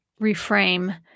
reframe